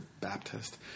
Baptist